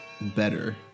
better